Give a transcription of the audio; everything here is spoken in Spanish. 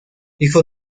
hijo